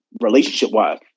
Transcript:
relationship-wise